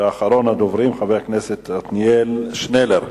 אחרון הדוברים, חבר הכנסת עתניאל שנלר.